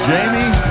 Jamie